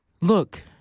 look